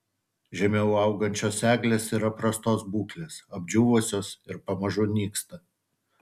žemiau augančios eglės yra prastos būklės apdžiūvusios ir pamažu nyksta